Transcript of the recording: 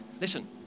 Listen